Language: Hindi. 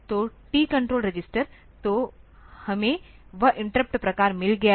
तो TCON रजिस्टर तो हमें वह इंटरप्ट प्रकार मिल गया था